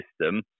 system